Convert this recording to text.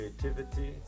creativity